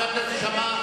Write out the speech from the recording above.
חבר הכנסת שאמה,